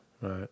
right